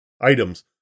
items